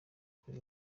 kuri